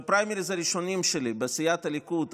בפריימריז הראשונים שלי בסיעת הליכוד,